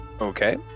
okay